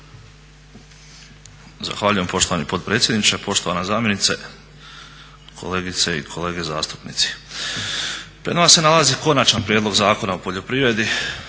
Zahvaljujem poštovani potpredsjedniče, poštovana zamjeniče, kolegice i kolege zastupnici. Pred nama se nalazi Konačan prijedlog Zakona o poljoprivredi,